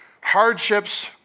Hardships